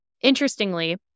Interestingly